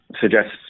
suggests